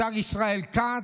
השר ישראל כץ,